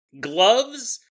gloves